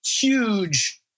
huge